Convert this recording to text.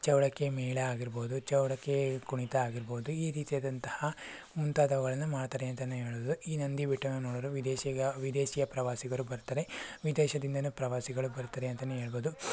ಚೌಡಕ್ಕಿ ಮೇಳ ಆಗಿರಬಹುದು ಚೌಡಕ್ಕಿ ಕುಣಿತ ಆಗಿರಬಹುದು ಈ ರೀತಿಯಾದಂತಹ ಮುಂತಾದವುಗಳನ್ನು ಮಾಡ್ತಾರೆ ಅಂತಲೇ ಹೇಳಬಹುದು ಈ ನಂದಿ ಬೆಟ್ಟವನ್ನು ನೋಡಲು ವಿದೇಶಿಗ ವಿದೇಶಿಯ ಪ್ರವಾಸಿಗರು ಬರ್ತಾರೆ ವಿದೇಶದಿಂದಲೂ ಪ್ರವಾಸಿಗರು ಬರ್ತಾರೆ ಅಂತಲೇ ಹೇಳಬಹುದು